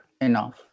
enough